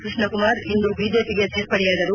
ಕೃಷ್ಣಕುಮಾರ್ ಇಂದು ಬಿಜೆಪಿಗೆ ಸೇರ್ಪಡೆಯಾದರು